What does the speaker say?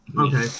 Okay